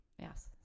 Yes